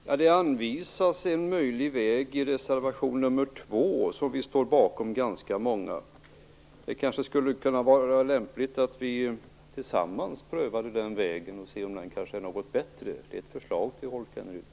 Herr talman! Det anvisas en möjlig väg i reservation 2, som ganska många står bakom. Det kanske skulle vara lämpligt att vi tillsammans prövade den vägen för att se om den är något bättre. Det är ett förslag till Rolf Kenneryd.